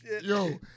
Yo